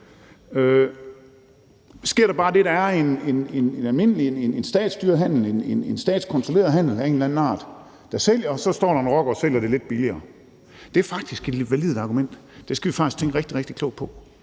Sker der bare det, at der er en statskontrolleret handel af en eller anden art, og så står der en rocker og sælger det lidt billigere? Det er faktisk et validt argument; der skal vi faktisk være kloge og